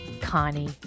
Connie